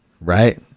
Right